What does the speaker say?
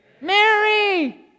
Mary